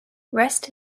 rest